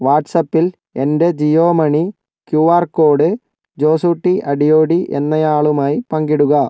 വാട്ട്സപ്പിൽ എൻ്റെ Jio money Q R code Josutty Adiyodi എന്നയാളുമായി പങ്കിടുക